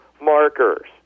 markers